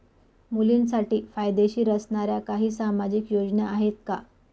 मुलींसाठी फायदेशीर असणाऱ्या काही सामाजिक योजना आहेत का?